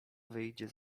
wyjdzie